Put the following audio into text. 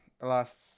last